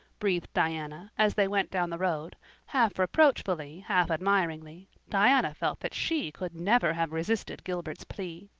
breathed diana as they went down the road half reproachfully, half admiringly. diana felt that she could never have resisted gilbert's plea.